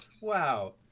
Wow